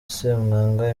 ssemwanga